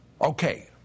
Okay